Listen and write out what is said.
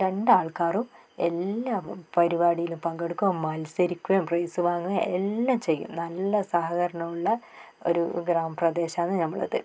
രണ്ട് ആൾക്കാരും എല്ലാം പരിപാടിയിലും പങ്കെടുക്കും മത്സരിക്കുകയും പ്രൈസ് വാങ്ങുകയും എല്ലാം ചെയ്യും നല്ല സഹകരണമുള്ള ഒരു ഗ്രാമപ്രദേശാന്ന് ഞമ്മളത്